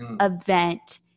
event